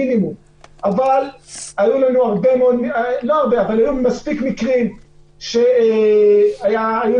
אבל היו לנו מספיק מקרים שבהם היינו